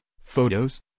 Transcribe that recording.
photos